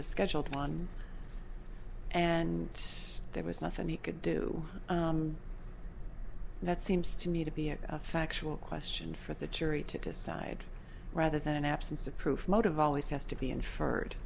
the scheduled on and there was nothing he could do that seems to me to be a factual question for the jury to decide rather than an absence of proof motive always has to be inferred